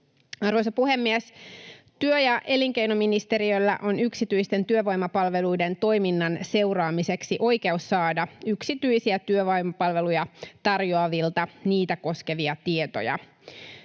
Arvoisa puhemies! Työ- ja elinkeinoministeriöllä on yksityisten työvoimapalveluiden toiminnan seuraamiseksi oikeus saada yksityisiä työvoimapalveluja tarjoavilta niitä koskevia tietoja.